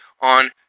on